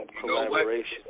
collaboration